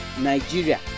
Nigeria